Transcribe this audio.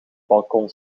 balkon